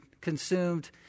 consumed